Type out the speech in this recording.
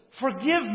forgive